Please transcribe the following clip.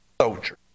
soldier